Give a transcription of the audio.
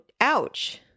Ouch